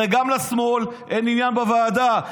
הרי גם לשמאל אין עניין בוועדה,